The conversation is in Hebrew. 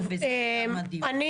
טוב, אני